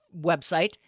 website